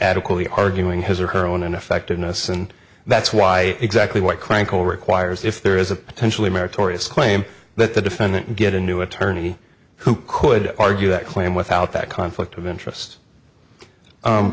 adequately arguing his or her own ineffectiveness and that's why exactly what crank call requires if there is a potentially meritorious claim that the defendant get a new attorney who could argue that claim without that conflict of interest